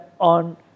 on